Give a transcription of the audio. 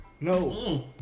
No